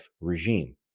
regime